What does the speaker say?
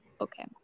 Okay